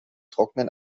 trocknen